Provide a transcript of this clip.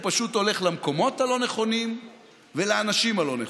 הוא פשוט הולך למקומות הלא-נכונים ולאנשים הלא-נכונים.